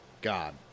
God